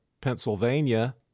Pennsylvania